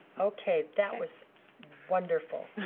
okay, that was wonderful.